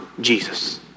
Jesus